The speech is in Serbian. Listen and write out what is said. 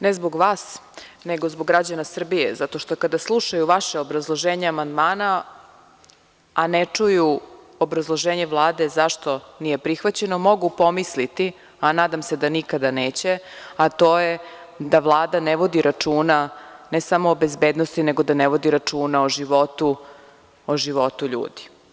Ne zbog vas, nego zbog građana Srbije, zato što kada slušaju vaše obrazloženje amandmana, a ne čuju obrazloženje Vlade zašto nije prihvaćeno, mogu pomisliti, a nadam se da nikada neće, a to je da Vlada ne vodi računa ne samo o bezbednosti, nego da ne vodi računa o životu ljudi.